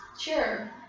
Sure